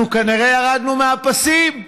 אנחנו כנראה ירדנו מהפסים.